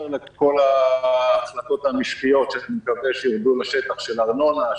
מעבר לכל ההחלטות המשקיות שאני מקווה שירדו לשטח בעניין ארנונה,